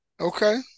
Okay